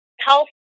health